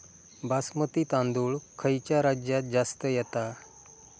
बासमती तांदूळ खयच्या राज्यात जास्त येता?